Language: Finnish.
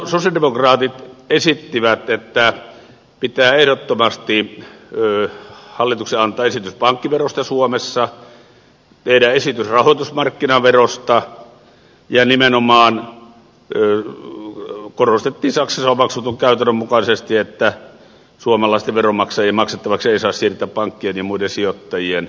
silloin sosialidemokraatit esittivät että pitää ehdottomasti hallituksen antaa esitys pankkiverosta suomessa tehdä esitys rahoitusmarkkinaverosta ja nimenomaan korostettiin saksassa omaksutun käytännön mukaisesti että suomalaisten veronmaksajien maksettavaksi ei saa siirtää pankkien ja muiden sijoittajien vastuita